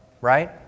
right